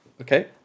Okay